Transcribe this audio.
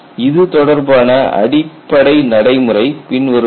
இது தொடர்பான அடிப்படை நடைமுறை பின்வருமாறு